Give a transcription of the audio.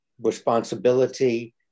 responsibility